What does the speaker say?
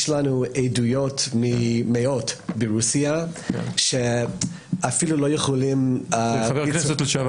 יש לנו עדויות ממאות אנשים ברוסיה שאפילו לא יכולים ליצור